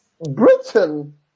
Britain